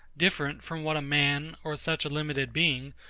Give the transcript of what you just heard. different from what a man, or such a limited being,